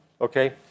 Okay